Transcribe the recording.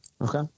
Okay